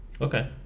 Okay